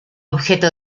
objeto